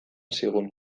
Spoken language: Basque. zigun